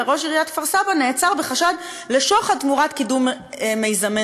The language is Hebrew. וראש עיריית כפר-סבא נעצר בחשד לשוחד תמורת קידום מיזמי